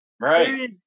Right